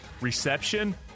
reception